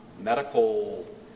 medical